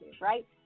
right